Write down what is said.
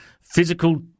physical